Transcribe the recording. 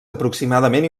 aproximadament